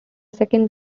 second